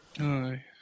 Aye